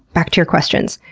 back to your questions.